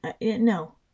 no